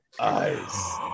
Ice